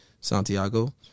Santiago